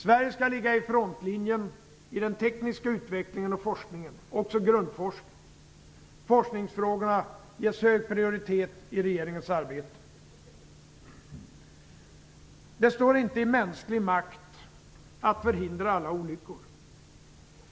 Sverige skall ligga i frontlinjen i den tekniska utvecklingen och forskningen, också grundforskning. Forskningsfrågorna ges hög prioritet i regeringens arbete. Det står inte i mänsklig makt att förhindra alla olyckor.